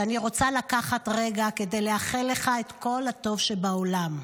ואני רוצה לקחת רגע כדי לאחל לך את כל הטוב שבעולם.